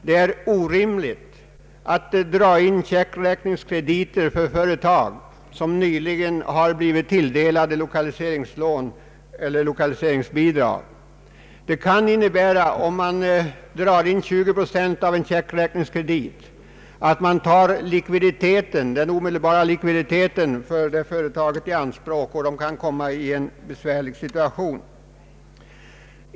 Det är orimligt att dra in checkräkningskrediter för företag som nyligen har blivit tilldelade lokaliseringslån eller lokaliseringsbidrag. Om man drar in 20 procent av en checkräkningskredit, kan detta innebära att man tar den omedelbara likviteten för företaget i anspråk, och då kan företaget råka i en besvärlig situation.